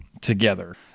together